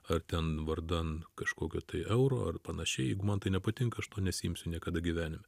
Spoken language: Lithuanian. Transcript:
ar ten vardan kažkokio tai euro ar panašiai jeigu man tai nepatinka aš nesiimsiu niekada gyvenime